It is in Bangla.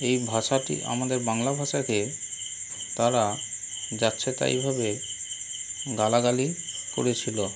এই ভাষাটি আমাদের বাংলা ভাষাকে তারা যাচ্ছেতাইভাবে গালাগালি করেছিল